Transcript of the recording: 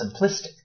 simplistic